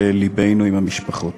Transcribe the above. ולבנו עם המשפחות.